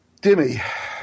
Dimmy